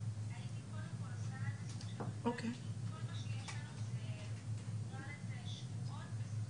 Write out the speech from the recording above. הוא העלה גם הרבה מאוד סוגיות אחרות שאני חושב שהן סוגות שקשורות בתפקוד